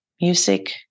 music